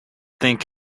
think